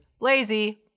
lazy